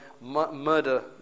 murder